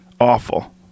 Awful